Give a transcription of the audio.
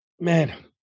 Man